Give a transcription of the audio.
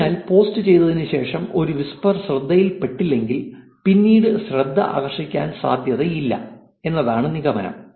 അതിനാൽ പോസ്റ്റ് ചെയ്തതിനുശേഷം ഒരു വിസ്പർ ശ്രദ്ധയിൽപ്പെട്ടില്ലെങ്കിൽ പിന്നീട് ശ്രദ്ധ ആകർഷിക്കാൻ സാധ്യതയില്ല എന്നതാണ് നിഗമനം